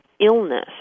illness